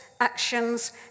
actions